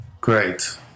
Great